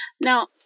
Now